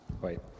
Wait